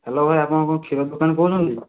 hello ଭାଇ ଆପଣ କ'ଣ କ୍ଷୀର ଦୋକାନୀ କହୁଛନ୍ତି